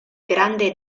grande